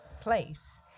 place